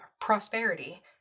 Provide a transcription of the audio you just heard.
prosperity